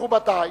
מכובדי,